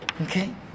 Okay